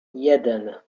jeden